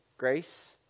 Grace